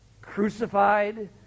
crucified